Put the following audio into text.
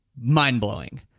mind-blowing